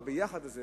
ה"ביחד" הזה